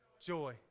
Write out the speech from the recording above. Joy